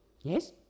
Yes